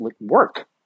work